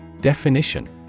Definition